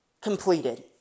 completed